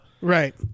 right